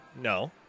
No